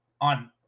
on